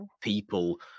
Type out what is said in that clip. people